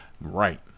Right